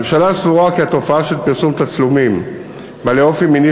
הממשלה סבורה כי התופעה של פרסום תצלומים בעלי אופי מיני